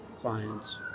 clients